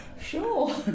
sure